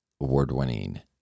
award-winning